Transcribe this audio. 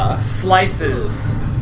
slices